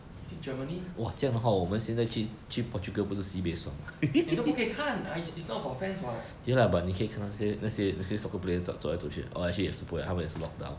is it germany 也是不可以看 i~ it's not for fans [what]